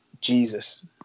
Jesus